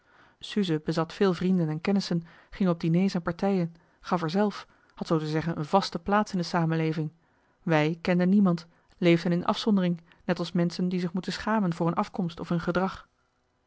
suze bezat veel vrienden en kennissen ging op dîners en partijen gaf er zelf had zoo te zeggen een vaste plaats in de samenleving wij kenden niemand leefden in afzondering net als menschen die zich moeten schamen voor hun afkomst of hun gedrag